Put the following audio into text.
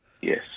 Yes